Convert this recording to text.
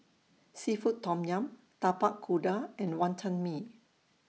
Seafood Tom Yum Tapak Kuda and Wantan Mee